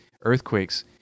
earthquakes